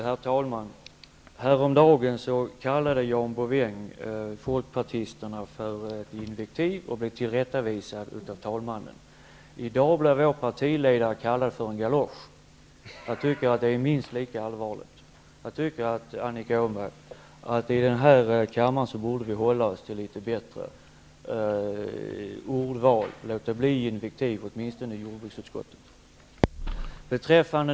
Herr talman! Häromdagen angrep John Bouvin folkpartisterna med ett invektiv, och han blev tillrättavisad av talmannen. I dag blev vår partiledare kallad för en galosch. Jag tycker att det är minst lika allvarligt. Jag tycker, Annika Åhnberg, att vi i denna kammare borde hålla oss med ett litet bättre ordval och låta bli invektiv, åtminstone i jordbruksutskottet och i jordbruksdebatter.